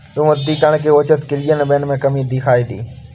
विमुद्रीकरण के उचित क्रियान्वयन में कमी दिखाई दी